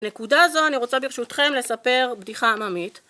נקודה זו אני רוצה ברשותכם לספר בדיחה עממית